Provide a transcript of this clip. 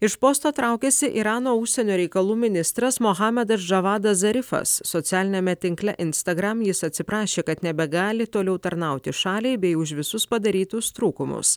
iš posto traukiasi irano užsienio reikalų ministras mohamedas džavadas zarifas socialiniame tinkle instagram jis atsiprašė kad nebegali toliau tarnauti šaliai bei už visus padarytus trūkumus